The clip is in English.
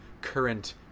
current